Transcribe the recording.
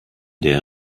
der